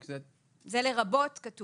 כתוב "לרבות".